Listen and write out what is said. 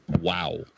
Wow